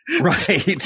Right